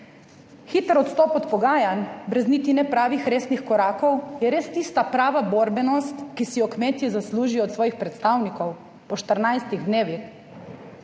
hiter odstop od pogajanj brez niti ne pravih resnih korakov res tista prava borbenost, ki si jo kmetje zaslužijo od svojih predstavnikov? Po 14 dnevih